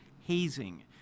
hazing